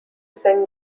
send